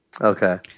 Okay